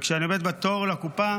וכשאני עומד בתור לקופה